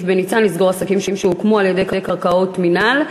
בניצן לסגור עסקים שהוקמו על קרקעות מינהל.